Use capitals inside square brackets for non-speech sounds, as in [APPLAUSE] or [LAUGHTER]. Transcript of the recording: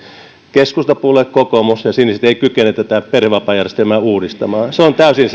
keskustapuolue kokoomus ja siniset ei kykene perhevapaajärjestelmää uudistamaan se on täysin [UNINTELLIGIBLE]